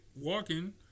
walking